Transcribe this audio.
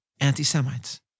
anti-Semites